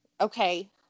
Okay